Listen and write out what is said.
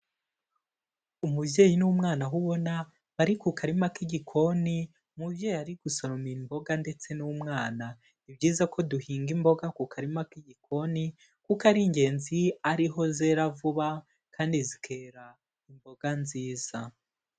Umubyeyi n'umwana aho ubona bari ku karima k'igikoni, umubyeyi ari gusoroma imboga ndetse n'umwana, ni byiza ko duhinga imboga ku karima k'igikoni kuko ari ingenzi ari ho zera vuba kandi zikera imboga nziza.